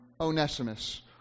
Onesimus